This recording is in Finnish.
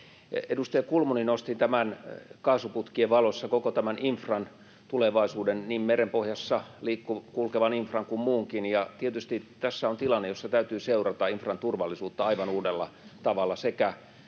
Edustaja Kulmuni nosti kaasuputkien valossa koko tämän infran tulevaisuuden, niin merenpohjassa kulkevan infran kuin muunkin: Tietysti tässä on tilanne, jossa täytyy seurata infran turvallisuutta aivan uudella tavalla sekä